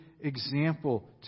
example